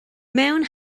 mewn